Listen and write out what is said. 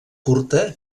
curta